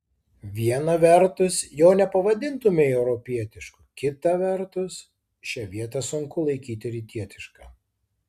viena vertus jo nepavadintumei europietišku kita vertus šią vietą sunku laikyti rytietiška